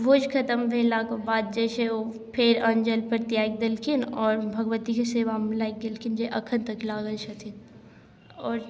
भोज खतम भेलाके बाद जे छै ओ फेर ओ अन्न जलपर त्याग देलखिन आओर भगवतीके सेवामे लागि गेलखिन जे एखन तक लागल छथिन आओर